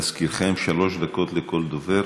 להזכירכם, שלוש דקות לכל דובר.